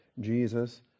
Jesus